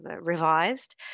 revised